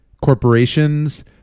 corporations